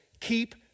keep